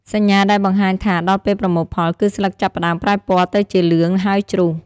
សញ្ញាដែលបង្ហាញថាដល់ពេលប្រមូលផលគឺស្លឹកចាប់ផ្តើមប្រែពណ៌ទៅជាលឿង ហើយជ្រុះ។